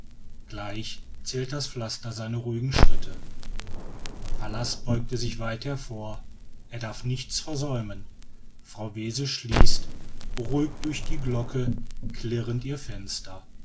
gleich zählt das pflaster seine ruhigen schritte pallas beugt sich weit hervor er darf nichts versäumen frau wese schließt beruhigt durch die glocke klirrend ihr fenster